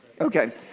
Okay